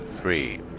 three